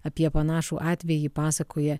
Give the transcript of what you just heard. apie panašų atvejį pasakoja